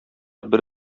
бер